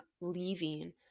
leaving